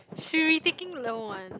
she retaking level one